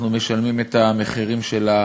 אנחנו משלמים את המחירים שלה